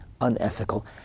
unethical